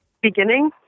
beginning